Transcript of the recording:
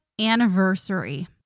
anniversary